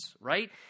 right